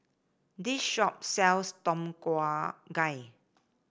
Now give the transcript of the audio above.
this shop sells Tom Kha Gai